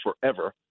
forever